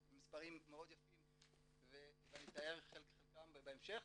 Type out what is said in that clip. למספרים מאוד יפים וגם נתאר את חלקם בהמשך,